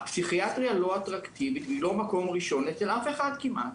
הפסיכיאטריה לא אטרקטיבית והיא לא מקום ראשון אצל אף אחד כמעט.